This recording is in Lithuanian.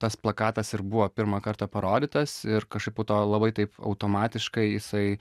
tas plakatas ir buvo pirmą kartą parodytas ir kažkaip po to labai taip automatiškai jisai